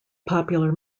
popular